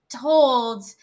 told